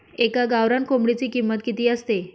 एका गावरान कोंबडीची किंमत किती असते?